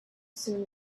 soon